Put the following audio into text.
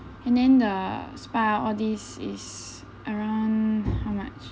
and then the spa all this is around how much